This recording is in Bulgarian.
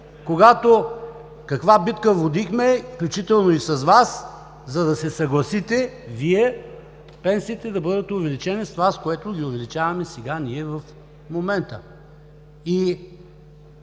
когато каква битка водихме включително и с Вас, за да се съгласите Вие пенсиите да бъдат увеличени с това, с което ги увеличаваме сега ние в момента.